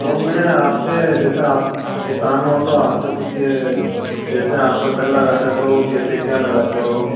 तो मैं आपसे जैसे आप किसान हो तो आपसे कुछ जैसे आप फसल लगाते हो तो खेती क्या लगाते हो